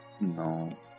No